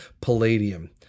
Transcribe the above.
Palladium